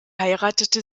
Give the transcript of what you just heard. heiratete